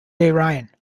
ryan